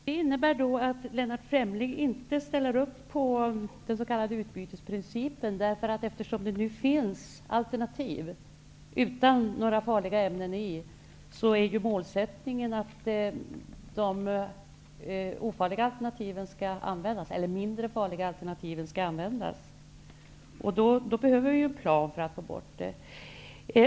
Herr talman! Detta innebär att Lennart Fremling inte ställer upp på den s.k. utbytesprincipen. Det finns ju alternativ med bensin, utan farliga ämnen. Målsättningen är därför att de mindre farliga alternativen skall användas, och då behövs det en plan för detta.